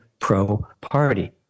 pro-party